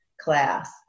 class